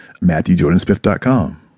MatthewJordansmith.com